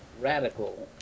Radical